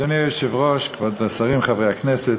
אדוני היושב-ראש, כבוד השרים, חברי כנסת,